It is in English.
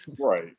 Right